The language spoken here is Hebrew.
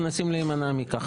מנסים להימנע מכך.